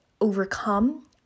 overcome